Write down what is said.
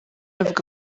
avuga